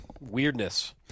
weirdness